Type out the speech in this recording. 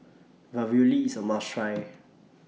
Ravioli IS A must Try